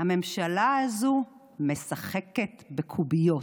הממשלה הזאת משחקת בקוביות.